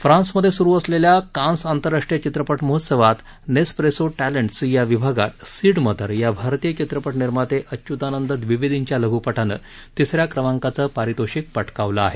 France मध्ये सुरू असलेल्या कान्स आंतरराष्ट्रीय चित्रपट महोत्सवात नेसप्रेसो टॅलेंट्स या विभागात सीड मदर या भारतीय चित्रपट निर्माते अच्यूतानंद दविवेदींच्या लघ्पटानं तिसऱ्या क्रमांकाचं पारितोषिक पटकावलं आहे